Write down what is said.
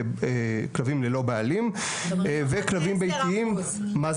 כלבים ללא בעלים וכלבים ביתיים --- זאת